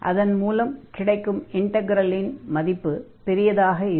அதன் மூலம் கிடைக்கும் இன்டக்ரலின் மதிப்பு பெரியதாக இருக்கும்